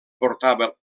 portava